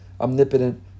omnipotent